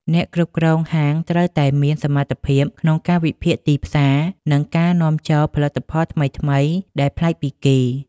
អ្នកគ្រប់គ្រងហាងត្រូវតែមានសមត្ថភាពក្នុងការវិភាគទីផ្សារ និងការនាំចូលផលិតផលថ្មីៗដែលប្លែកពីគេ។